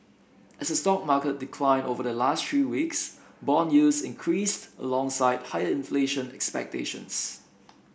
as the stock market declined over the last three weeks bond yields increased alongside higher inflation expectations